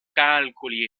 calcoli